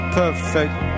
perfect